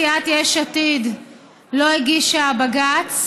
שסיעת יש עתיד לא הגישה בג"ץ,